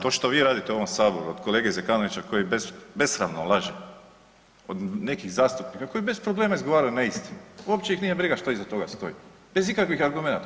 To što vi radite u ovom Saboru od kolege Zekanovića koji besramno laže, od nekih zastupnika koji bez problema izgovaraju neistinu, uopće ih nije briga što iza toga stoji, bez ikakvih argumenata.